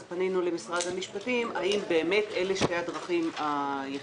שאלנו את משרד המשפטים אם אלו שתי הדרכים היחידות.